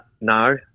No